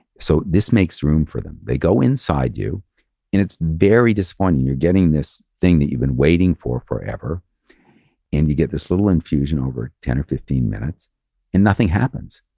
so this makes room for them. they go inside you and it's very disappointing you're getting this thing that you've been waiting for forever and you get this little infusion over ten or fifteen minutes and nothing happens.